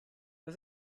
das